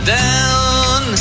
down